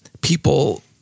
people